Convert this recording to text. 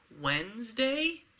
Wednesday